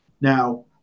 Now